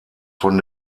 von